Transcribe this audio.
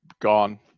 gone